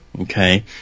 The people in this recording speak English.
okay